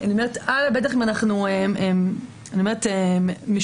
בטח כאשר אנחנו משודרים.